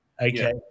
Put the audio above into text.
okay